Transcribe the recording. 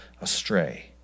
astray